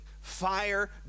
fire